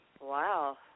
wow